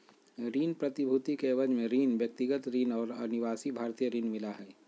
ऋण प्रतिभूति के एवज में ऋण, व्यक्तिगत ऋण और अनिवासी भारतीय ऋण मिला हइ